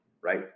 right